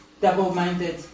double-minded